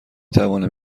توانم